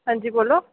हां जी बोलो